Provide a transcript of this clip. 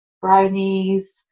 brownies